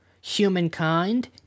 Humankind